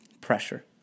pressure